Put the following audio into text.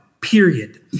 Period